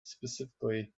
specifically